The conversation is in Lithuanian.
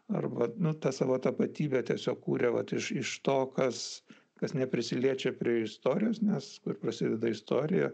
arba nu tą savo tapatybę tiesiog kūrė vat iš iš to kas kas neprisiliečia prie istorijos nes kur prasideda istorija